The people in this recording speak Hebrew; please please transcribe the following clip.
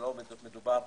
אצלו מדובר